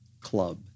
club